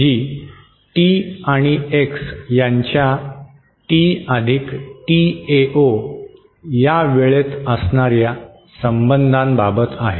जी t आणि x यांच्या T Tao या वेळेत असणाऱ्या संबंधांबाबत आहे